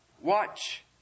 watch